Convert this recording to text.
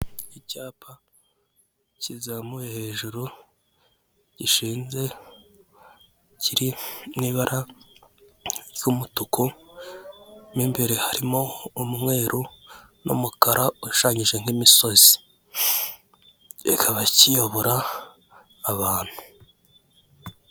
Icyapa kizamuye hejuru gishinze kiri mu ibara ry'umutuku n'imbere harimo umweru n'umukara ushushanyije nk'imisozi kikaba kiyobora abantu.